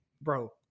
bro